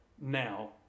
now